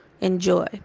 enjoy